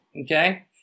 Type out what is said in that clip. okay